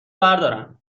بردارم